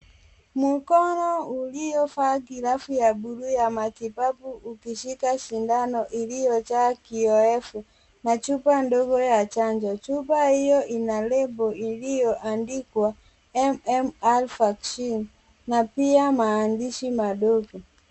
Mkono uliovaa glovu ya bluu ya matibabu ukishika shindano iliyojaa kiowevu, na chupa ndogo ya chanjo. Chupa hiyo ina lebo iliyoandikwa, MMR vaccine na pia maandishi madogo.